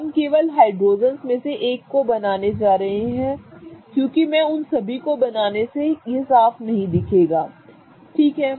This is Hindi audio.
हम केवल इन हाइड्रोजेंस में से एक को बनाने जा रहे हूं क्योंकि मैं उन सभी को बनाने से यह साफ नहीं दिखेगा ठीक है